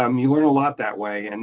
um you learn a lot that way, and